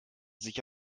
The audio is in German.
sich